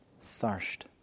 thirst